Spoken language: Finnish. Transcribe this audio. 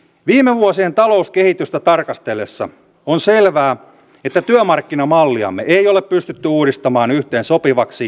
viime vuosien talouskehitystä tarkastellessa on selvää että työmarkkinamalliamme ei ole pystytty uudistamaan yhteensopivaksi eurojäsenyyden kanssa